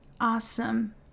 awesome